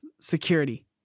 security